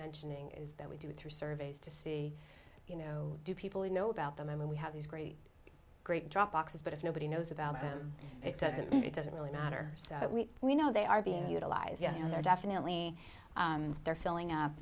mentioning is that we do it through surveys to see you know do people know about them i mean we have these great great drop boxes but if nobody knows about them it doesn't it doesn't really matter so we know they are being utilized yes they're definitely they're filling up